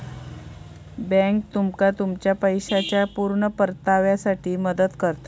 bank तुमका तुमच्या पैशाच्या पुर्ण परताव्यासाठी मदत करता